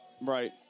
Right